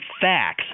facts